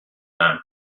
man